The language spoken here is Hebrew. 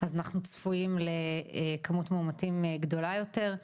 אז אנחנו צפויים לכמות מאומתים גדולה יותר.